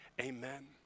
Amen